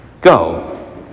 Go